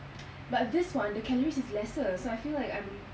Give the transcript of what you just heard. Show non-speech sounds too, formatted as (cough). (noise) but this [one] the calories is lesser so I feel like I'm